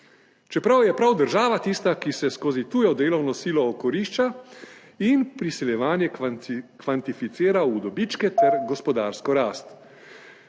čeprav je prav država tista, ki se skozi tujo delovno silo okorišča in priseljevanje kvantificira v dobičke ter gospodarsko rast,